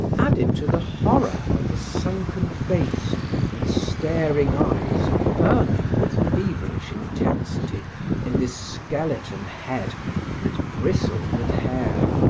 added to the horror of the sunken face and staring eyes burning with feverish intensity in this skeleton head that bristled with hair.